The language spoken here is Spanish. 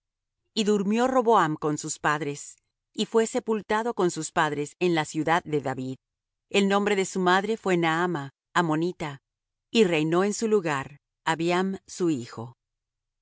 y durmió roboam con sus padres y fué sepultado con sus padres en la ciudad de david el nombre de su madre fué naama ammonita y reinó en su lugar abiam su hijo